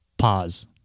Pause